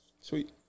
Sweet